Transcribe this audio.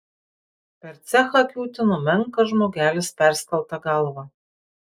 per cechą kiūtino menkas žmogelis perskelta galva